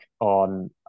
on